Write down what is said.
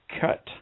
cut